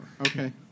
Okay